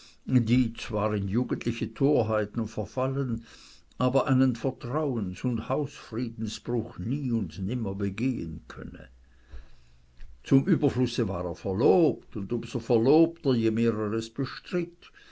die zwar in jugendliche torheiten verfallen aber einen vertrauens und hausfriedensbruch nie und nimmer begehen könne zum überflusse war er verlobt und um so verlobter je mehr er es bestritt